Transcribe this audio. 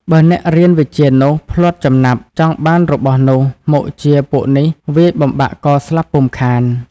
បើអ្នករៀនវិជ្ជានោះ ភ្លាត់ចំណាប់ ចង់បានរបស់នោះ មុខជាពួកនេះវាយបំបាក់កស្លាប់ពុំខាន ។